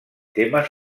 termes